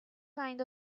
kind